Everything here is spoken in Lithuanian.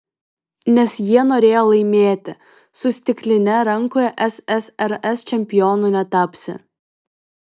nes jie norėjo laimėti su stikline rankoje ssrs čempionu netapsi